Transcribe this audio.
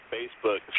Facebook